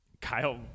Kyle